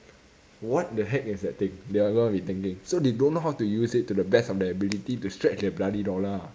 what the heck is that thing they are going to be thinking so they don't know how to use it to the best of their ability to stretch their bloody dollar ah